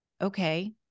okay